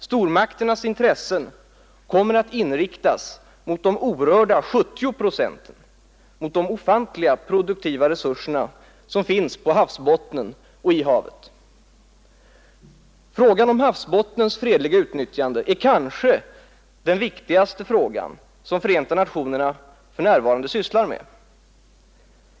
Stormakternas intressen kommer att inriktas mot de orörda 70 procenten, mot de ofantliga produktiva resurser som finns på havsbottnen och i havet. Frågan om havsbottnens fredliga utnyttjande är kanske den viktigaste fråga som Förenta Nationerna för närvarande arbetar med.